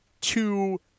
two